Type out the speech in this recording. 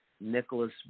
Nicholas